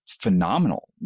phenomenal